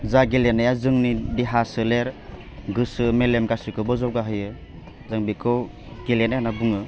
जा गेलेनाया जोंनि देहा सोलेर गोसो मेलेम गासैखौबो जौगाहोयो जों बेखौ गेलेनाय होन्ना बुङो